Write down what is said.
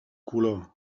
color